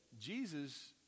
Jesus